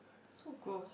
so gross